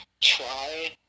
try